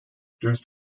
dürüst